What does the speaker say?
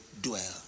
dwell